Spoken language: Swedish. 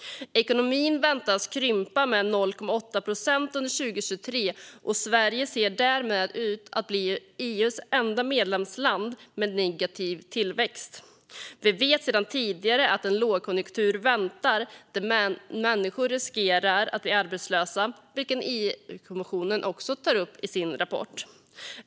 Ekonomin väntas krympa med 0,8 procent under 2023, och Sverige ser därmed ut att bli EU:s enda medlemsland med negativ tillväxt. Vi vet sedan tidigare att en lågkonjunktur väntar och att människor riskerar att bli arbetslösa, vilket även EU-kommissionen tar upp i sin rapport.